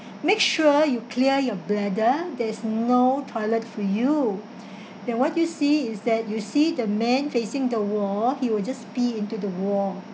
make sure you clear your bladder there's no toilet for you that what you see is that you see the man facing the wall he will just pee into the wall